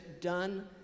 done